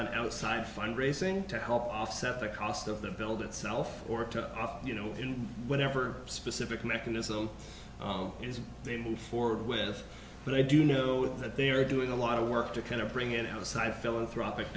on outside fundraising to help offset the cost of the build itself or to you know whatever specific mechanism is they move forward with but i do know that they are doing a lot of work to kind of bring in outside philanthropic